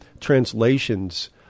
translations